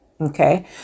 okay